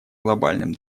глобальным